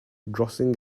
grossing